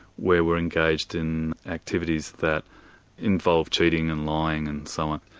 where we're engaged in activities that involve cheating and lying and so on,